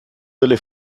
delle